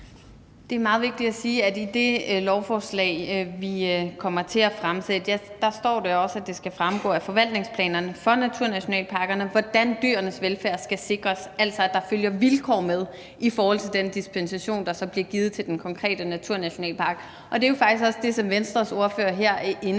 Det er meget vigtigt at sige, at i det lovforslag, vi kommer til at fremsætte, står der også, at det skal fremgå af forvaltningsplanerne for naturnationalparkerne, hvordan dyrenes velfærd skal sikres. Altså, der følger vilkår med i forhold til den dispensation, der så bliver givet til den konkrete naturnationalpark. Og det er jo faktisk også det, som Venstres ordfører her er